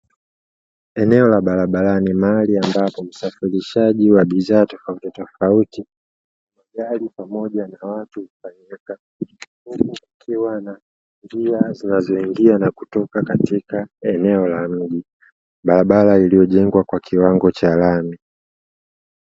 Eneo la barabarani mahali ambapo usafirishaji wa bidhaa tofauti tofauti magari pamoja na watu hufanyika, huku kukiwa na njia zinazoingia na kutoka katika eneo la mji, barabara iliyojengwa kwa kiwango cha lami.